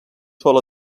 sol